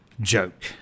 joke